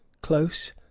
Close